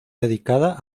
dedicada